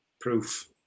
proof